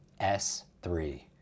S3